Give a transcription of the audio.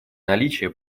наличия